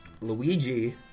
Luigi